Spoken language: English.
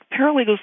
paralegals